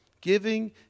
Giving